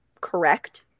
correct